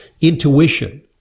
intuition